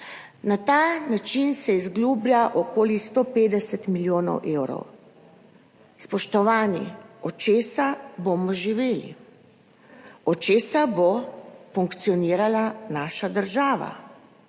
Na ta način se izgublja okoli 150 milijonov evrov. Spoštovani, od česa bomo živeli? Od česa bo funkcionirala naša država?